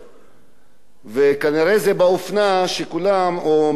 וכנראה זה באופנה שכולם או מספר חברי כנסת